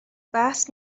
بحث